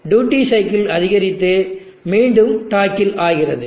duty cycle அதிகரித்து மீண்டும் டாக்கில் ஆகிறது